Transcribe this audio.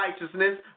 righteousness